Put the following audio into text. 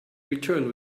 returned